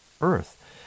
earth